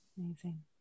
Amazing